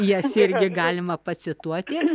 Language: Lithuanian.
jas irgi galima pacituoti